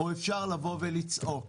או אפשר לבוא ולצעוק?